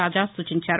రాజా సూచించారు